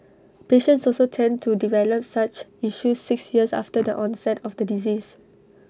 patients also tend to develop such issues six years after the onset of the disease